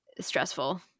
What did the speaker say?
stressful